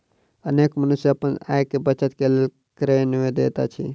अनेक मनुष्य अपन आय के बचत के लेल कर नै दैत अछि